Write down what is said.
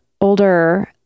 older